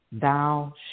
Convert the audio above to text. thou